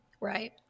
right